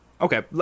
okay